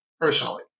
personally